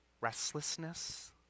Restlessness